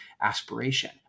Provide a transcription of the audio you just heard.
aspiration